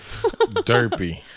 Derpy